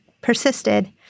persisted